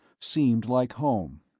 seemed like home.